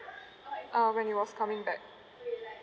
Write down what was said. uh when it was coming back